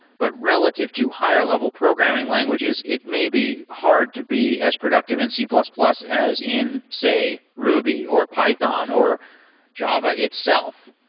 but relative to higher level programming languages, it may be hard to be as productive in c plus plus as in, say, ruby, or python, or java itself.